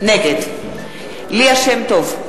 נגד ליה שמטוב,